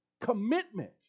Commitment